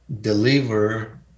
deliver